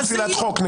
כל פסילת חוק.